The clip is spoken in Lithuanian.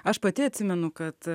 aš pati atsimenu kad